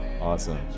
Awesome